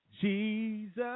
Jesus